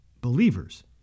believers